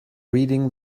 reading